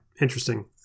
interesting